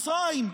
מצרים,